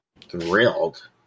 thrilled